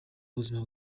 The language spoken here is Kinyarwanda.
ubuzima